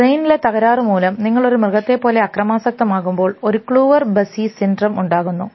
ബ്രെയിനിലെ തകരാറുമൂലം നിങ്ങൾ ഒരു മൃഗത്തെ പോലെ അക്രമാസക്ത ആകുമ്പോൾ ഒരു ക്ലൂവർ ബസി സിൻഡ്രോം ഉണ്ടാകുന്നു